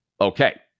Okay